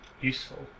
useful